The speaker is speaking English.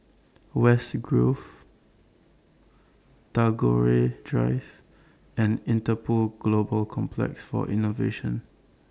West Grove Tagore Drive and Interpol Global Complex For Innovation